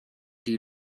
die